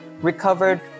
recovered